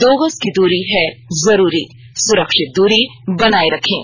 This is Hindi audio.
दो गज की दूरी है जरूरी सुरक्षित दूरी बनाए रखें